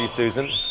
um susan?